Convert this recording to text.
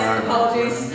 apologies